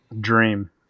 Dream